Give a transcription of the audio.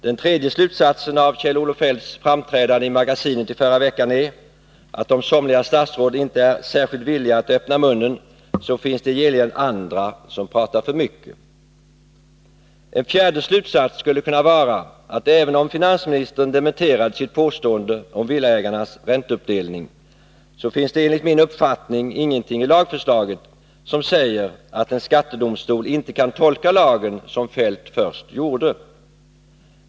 Den tredje slutsatsen av Kjell Olof Feldts framträdande i Magasinet i förra veckan är, att om somliga statsråd inte är särskilt villiga att öppna munnen, finns det i gengäld andra som pratar för mycket. En fjärde slutsats skulle kunna vara, att även om finansministern dementerade sitt påstående om villaägarnas ränteuppdelning, finns det enligt min uppfattning ingenting i lagförslaget som säger att en skattedomstol inte kan tolka lagen som Kjell-Olof Feldt först gjorde.